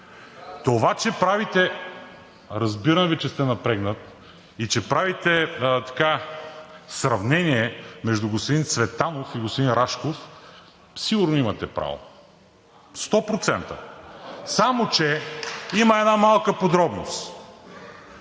показано на всички. Разбирам Ви, че сте напрегнат и че правите сравнение между господин Цветанов и господин Рашков, сигурно имате право. Сто процента! Само че има една малка подробност